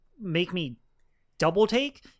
make-me-double-take